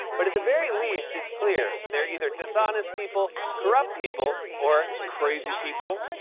but at the very least, it's clear they're either dishonest people, corrupt people, or. crazy people.